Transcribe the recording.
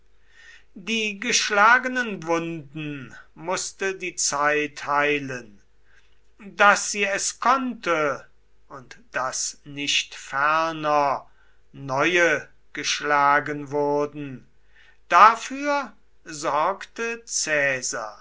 die geschlagenen wunden mußte die zeit heilen daß sie es konnte und daß nicht ferner neue geschlagen wurden dafür sorgte